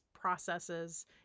processes